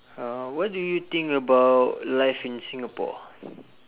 uh what do you think about life in singapore